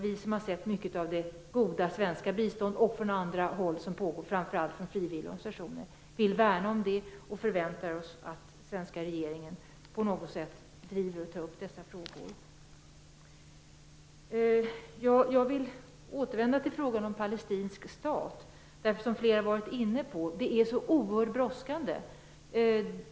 Vi som har sett mycket av det goda svenska bistånd - och från andra håll - som pågår framför allt genom frivilligorganisationer vill värna det och förväntar oss att den svenska regeringen på något sätt driver dessa frågor. Jag vill återgå till frågan om palestinsk stat. Flera har varit inne på det. Det är oerhört brådskande.